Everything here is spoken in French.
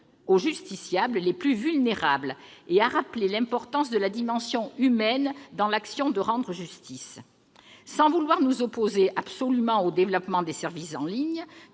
les justiciables les plus vulnérables et à rappeler l'importance de la dimension humaine dans l'action de rendre justice. Nous ne sommes pas absolument opposés au développement de services en ligne